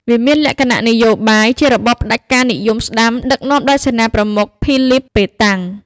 វាមានលក្ខណៈនយោបាយ ជារបបផ្ដាច់ការនិយមស្តាំ ដឹកនាំដោយសេនាប្រមុខ ភីលីព ប៉េតាំង ។